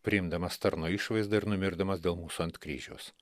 priimdamas tarno išvaizdą ir numirdamas dėl mūsų ant kryžiaus